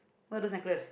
where are those necklace